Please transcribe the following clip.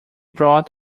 brought